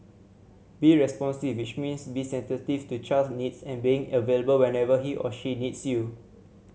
be responsive which means be sensitive to the child's needs and being available whenever he or she needs you